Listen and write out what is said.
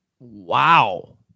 Wow